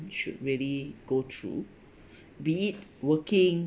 you should really go through be it working